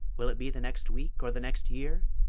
will it be the next week, or the next year?